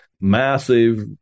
massive